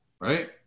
Right